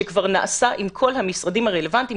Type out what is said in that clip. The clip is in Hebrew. שכבר נעשה עם כל המשרדים הרלוונטיים.